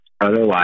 Otherwise